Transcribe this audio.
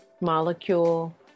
molecule